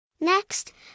Next